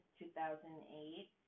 2008